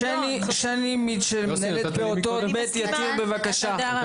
שני מיטשל, מנהלת פעוטון בית יתיר בבקשה.